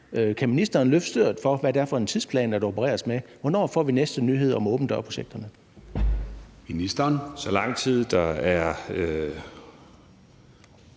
Kan ministeren løfte sløret for, hvad det er for en tidsplan, der opereres med? Hvornår får vi næste nyhed om åben dør-projekterne?